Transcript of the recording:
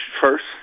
first